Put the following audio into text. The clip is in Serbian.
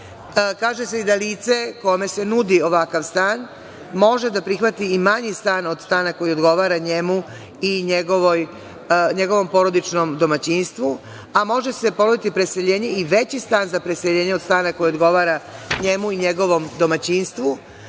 se i da lice kome se nudi ovakav stan može da prihvati i manji stan od stana koji odgovara njemu i njegovom porodičnom domaćinstvu, a može se ponuditi preseljenje i veći stan za preseljenje od stana koji odgovara njemu i njegovom domaćinstvu.